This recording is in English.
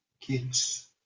Kids